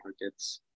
markets